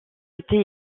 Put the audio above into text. été